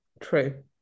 True